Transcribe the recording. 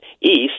east